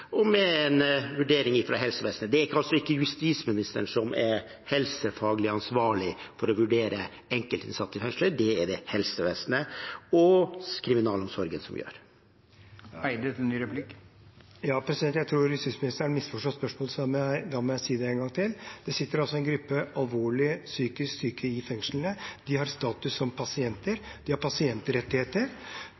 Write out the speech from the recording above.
og med en vurdering fra helsevesenet. Det er ikke justisministeren som er helsefaglig ansvarlig for å vurdere enkeltinnsatte i fengsler, det er det helsevesenet og kriminalomsorgen som er. Jeg tror justisministeren misforsto spørsmålet. Da må jeg si det en gang til. Det sitter altså en gruppe alvorlig psykisk syke i fengslene. De har status som pasienter,